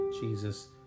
Jesus